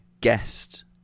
guest